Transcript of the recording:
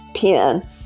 pen